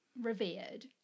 revered